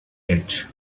edge